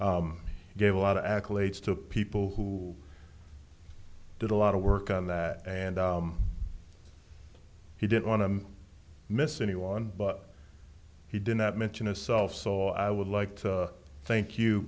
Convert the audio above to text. d gave a lot of accolades to people who did a lot of work on that and he didn't want to miss anyone but he did not mention a self so i would like to thank you